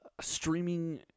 streaming